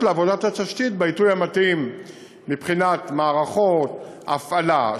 לעבודת התשתית בעיתוי המתאים מבחינת מערכות הפעלה.